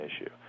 issue